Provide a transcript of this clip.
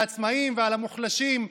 העצמאים ועל המוחלשים.